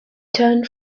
turned